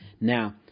Now